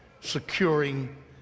securing